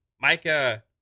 micah